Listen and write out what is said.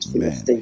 Amen